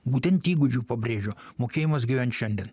būtent įgūdžių pabrėžiu mokėjimas gyvent šiandien